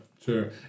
sure